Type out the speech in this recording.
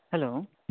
hello